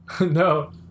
no